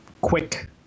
quick